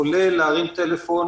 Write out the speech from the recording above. כולל להרים טלפון